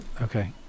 Okay